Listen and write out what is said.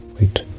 Wait